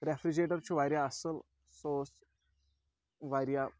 refrigerator چھُ واریاہ اَصٕل سُہ اوس واریاہ